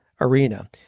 arena